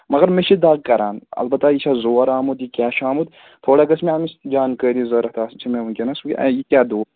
مگر مےٚ چھِ دَگ کَران اَلبتہ یہِ چھا زور آمُت یہِ کیٛاہ چھُ آمُت تھوڑا گٔژھ مےٚ اَمِچ زانٛکٲری ضروٗرت آسہِ چھِ مےٚ وُنکٮ۪نَس یہِ کیٛاہ دود